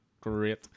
great